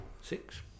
six